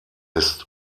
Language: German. ist